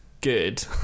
good